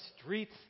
streets